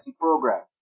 program